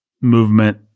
movement